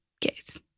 case